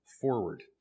forward